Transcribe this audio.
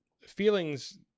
feelings